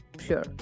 sure